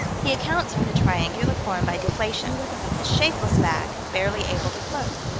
he accounts for the triangular form by deflation a shapeless bag, barely able to float.